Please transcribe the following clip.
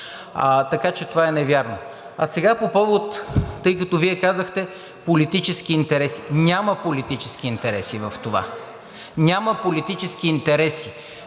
така че това е невярно. А сега по повод, тъй като Вие казахте политически интереси. Няма политически интереси в това, няма политически интереси.